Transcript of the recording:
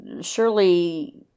surely